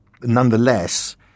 Nonetheless